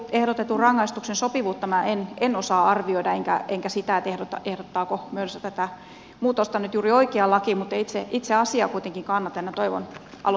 ehdotetun rangaistuksen sopivuutta minä en osaa arvioida enkä sitä ehdottaako mölsä tätä muutosta nyt juuri oikeaan lakiin mutta itse asiaa kuitenkin kannatan ja toivon aloitteelle menestystä